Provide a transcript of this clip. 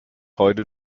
heute